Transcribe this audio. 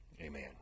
amen